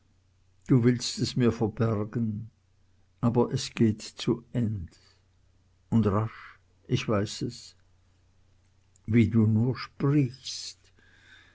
du willst es mir verbergen aber es geht zu end und rasch ich weiß es wie du nur sprichst